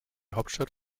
hauptstadt